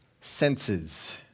senses